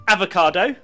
Avocado